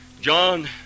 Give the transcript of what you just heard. John